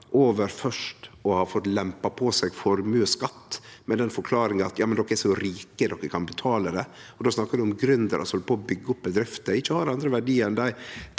over først å ha fått lempa på seg formuesskatt – med den forklaringa at de er så rike, de kan betale det – og då snakkar vi om gründerar som held på å byggje opp bedrifter, som ikkje har andre verdiar enn dei